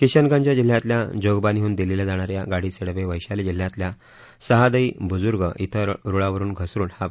किशनगंज जिल्ह्यातल्या जोगबानीहून दिल्लीला जाणा या या गाडीचे डवे वैशाली जिल्ह्यातल्या साहादई बुजुर्ग इथं रुळावरून घसरून हा अपघात झाला